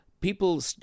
people